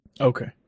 Okay